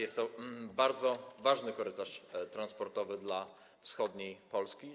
Jest to bardzo ważny korytarz transportowy dla wschodniej Polski.